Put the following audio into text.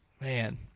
Man